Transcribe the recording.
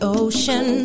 ocean